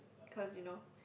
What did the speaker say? cause you know